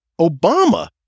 Obama